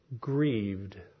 grieved